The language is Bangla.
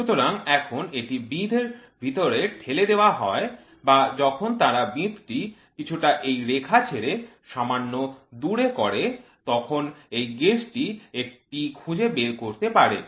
সুতরাং যখন এটি বিঁধ এর ভিতরে ঠেলে দেওয়া হয় বা যখন তারা বিঁধ টি কিছুটা একই রেখা ছেড়ে সামান্য দূরে করে তখন এই গেজটি এটি খুঁজে বের করতে পারে